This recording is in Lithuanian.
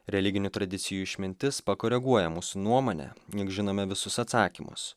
religinių tradicijų išmintis pakoreguoja mūsų nuomonę juk žinome visus atsakymus